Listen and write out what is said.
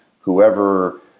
whoever